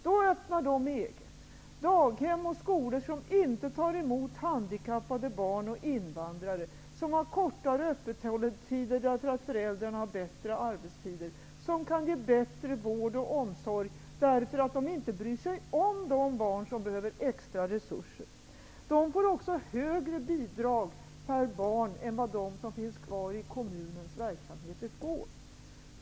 Då öppnar man egna daghem och skolor som inte tar emot handikappade barn och invandrare, som har kortare öppethållandetider därför att föräldrarna har bättre arbetstider, som kan ge bättre omsorg därför att man inte bryr sig om de barn som behöver extra resurser. Dessa daghem och skolor får också högre bidrag per barn än de som finns kvar i kommunens verksamhet får.